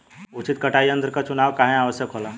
उचित कटाई यंत्र क चुनाव काहें आवश्यक होला?